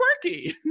quirky